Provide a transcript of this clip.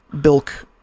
bilk